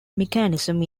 mechanism